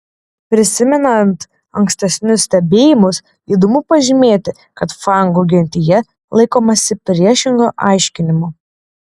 prisimenant ankstesnius stebėjimus įdomu pažymėti kad fangų gentyje laikomasi priešingo aiškinimo